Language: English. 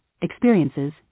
experiences